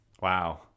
wow